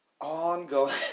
ongoing